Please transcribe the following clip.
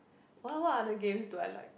what what other games do I like